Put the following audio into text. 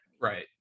right